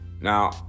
Now